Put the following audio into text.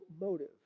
motive